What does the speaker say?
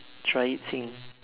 try eating